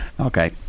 Okay